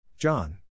John